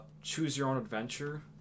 choose-your-own-adventure